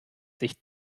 sich